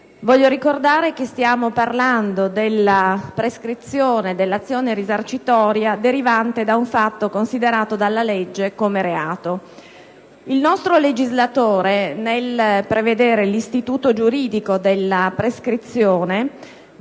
Voglio ricordare che stiamo parlando della prescrizione dell'azione risarcitoria derivante da un fatto considerato dalla legge come reato. Il nostro legislatore, nel prevedere l'istituto giuridico della prescrizione,